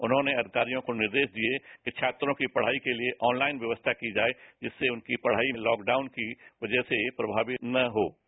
उन्होंने अधिकारियों को निर्देश दिए कि छात्रों की पढ़ाई के लिए ऑनलाइन व्यवस्था की जाए जिससे उनकी पढ़ाई में लॉक डाउन की बजह से व्यक्षान न आए